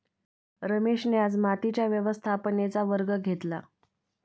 रमेशने आज मातीच्या व्यवस्थापनेचा वर्ग घेतला